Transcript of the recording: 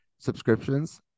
subscriptions